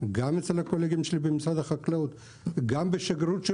וגם אצל הקולגות שלי במשרד החקלאות וגם בשגרירות של